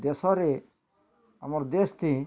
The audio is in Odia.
ଦେଶରେ ଆମର୍ ଦେଶ ଥି